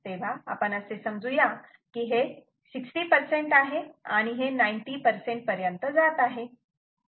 तेव्हा आपण असे समजू या की हे 60 आहे आणि हे 90 पर्यंत जात आहे